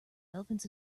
elephants